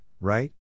right